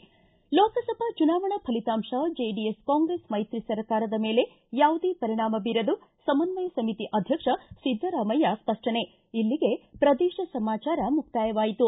ಿ ಲೋಕಸಭಾ ಚುನಾವಣಾ ಫಲಿತಾಂಶ ಜೆಡಿಎಸ್ ಕಾಂಗ್ರೆಸ್ ಮೈತ್ರಿ ಸರ್ಕಾರದ ಮೇಲೆ ಯಾವುದೇ ಪರಿಣಾಮ ಬೀರದು ಸಮನ್ವಯ ಸಮಿತಿ ಅಧ್ಯಕ್ಷ ಸಿದ್ದರಾಮಯ್ಯ ಸ್ಪಷ್ಟನೆ ಇಲ್ಲಿಗೆ ಪ್ರದೇಶ ಸಮಾಚಾರ ಮುಕ್ತಾಯವಾಯಿತು